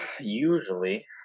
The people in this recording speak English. usually